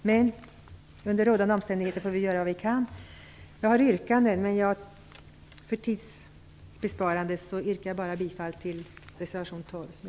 Men vi får göra vad vi kan under rådande omständigheter. Jag har flera yrkanden. Men för tids besparande yrkar jag bara bifall till reservation 12.